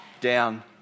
down